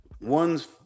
one's